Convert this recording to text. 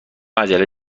عجله